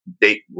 date